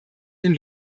den